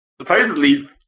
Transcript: Supposedly